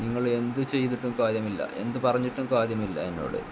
നിങ്ങൾ എന്തു ചെയ്തിട്ടും കാര്യമില്ല എന്തു പറഞ്ഞിട്ടും കാര്യമില്ല എന്നോട്